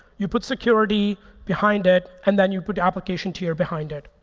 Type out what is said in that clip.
you put security behind it. and then you put application tier behind it.